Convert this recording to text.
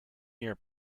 year